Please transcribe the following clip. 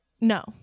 No